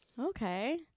Okay